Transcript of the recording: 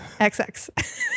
XX